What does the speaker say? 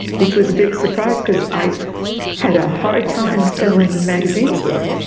which was a big surprise, because i had a hard time selling the magazine story.